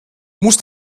muss